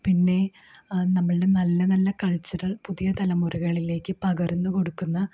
പിന്നേ നമ്മളുടെ നല്ല നല്ല കൾച്ചറൽ പുതിയ തലമുറകളിലേക്ക് പകർന്ന് കൊടുക്കുന്ന